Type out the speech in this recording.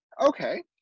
Okay